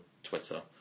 Twitter